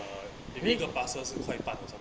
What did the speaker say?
uh 有一个 parcel 是块半 or something like that